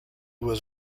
was